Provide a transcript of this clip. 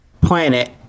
planet